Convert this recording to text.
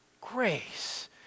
grace